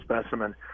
specimen